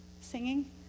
singing